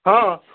ହଁ